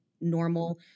normal